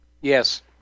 Yes